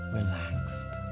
relaxed